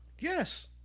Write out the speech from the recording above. Yes